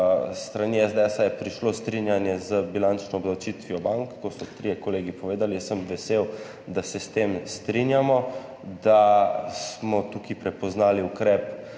s strani SDS je prišlo strinjanje z bilančno obdavčitvijo bank, to so povedali trije kolegi. Jaz sem vesel, da se s tem strinjamo, da smo tukaj prepoznali ukrep,